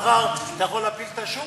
מחר אתה יכול להפיל את השוק.